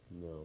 No